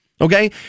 Okay